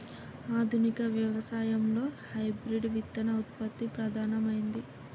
ఆధునిక వ్యవసాయం లో హైబ్రిడ్ విత్తన ఉత్పత్తి ప్రధానమైంది